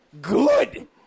Good